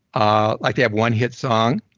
ah like they have one hit song.